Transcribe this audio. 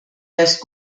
eest